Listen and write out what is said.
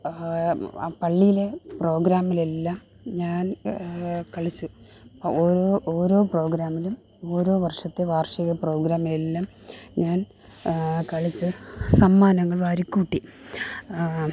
ആ പള്ളിലെ പ്രോഗ്രാമിലെല്ലാം ഞാൻ കളിച്ചു ഓരോ ഓരോ പ്രോഗ്രാമിലും ഓരോ വർഷത്തെ വാർഷിക പ്രോഗ്രാമുകളിലുമെല്ലം ഞാൻ കളിച്ച് സമ്മാനങ്ങൾ വാരി കൂട്ടി